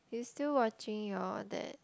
is still watching your that